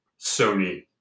sony